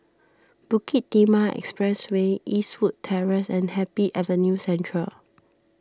Bukit Timah Expressway Eastwood Terrace and Happy Avenue Central